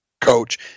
coach